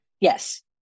Yes